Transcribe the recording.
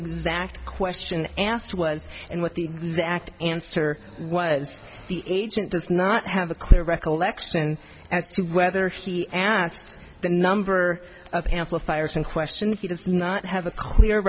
exact question asked was and what the exact answer was the agent does not have a clear recollection as to whether he asked the number of amplifiers in question he does not have a clear